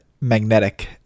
magnetic